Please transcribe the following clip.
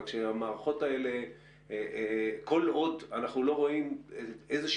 אבל כל עוד אנחנו לא רואים תוכנית